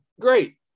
Great